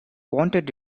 wanted